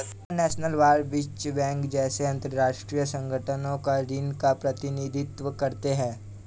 supranational bond विश्व bank जैसे अंतरराष्ट्रीय संगठनों के ऋण का प्रतिनिधित्व करते हैं